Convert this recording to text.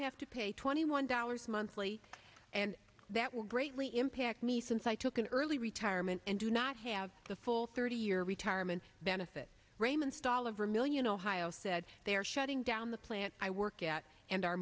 have to pay twenty one dollars monthly and that will greatly impact me since i took an early retirement and do not have the full thirty year retirement benefit raymond's dollar vermillion ohio said they are shutting down the plant i work at and are